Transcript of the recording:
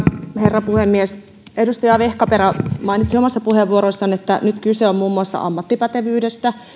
herra puhemies edustaja vehkaperä mainitsi omassa puheenvuorossaan että nyt kyse on muun muassa ammattipätevyydestä